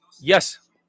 Yes